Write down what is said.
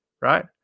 Right